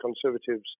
Conservatives